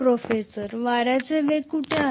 professor वाऱ्याचा वेग कुठे आहे